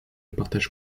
partage